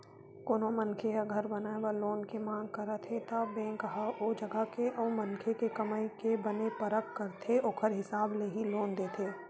कोनो मनखे ह घर बनाए बर लोन के मांग करत हे त बेंक ह ओ जगा के अउ मनखे के कमई के बने परख करथे ओखर हिसाब ले ही लोन देथे